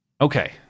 Okay